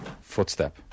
footstep